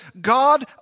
God